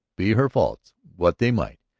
be her faults what they might,